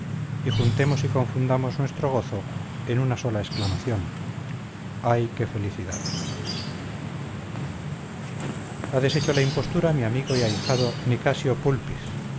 y juntemos y confundamos nuestro gozo en una sola exclamación ay qué felicidad ha deshecho la impostura mi amigo y ahijado nicasio pulpis